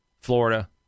Florida